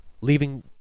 leaving